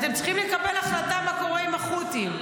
אתם צריכים לקבל החלטה מה קורה עם החות'ים.